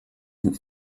den